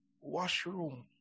washroom